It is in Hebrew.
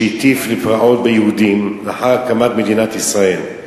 שהטיף לפרעות ביהודים לאחר הקמת מדינת ישראל.